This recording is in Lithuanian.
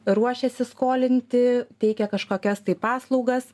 ruošiasi skolinti teikia kažkokias tai paslaugas